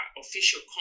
official